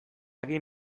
egin